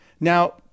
Now